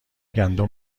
گندم